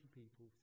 people